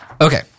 Okay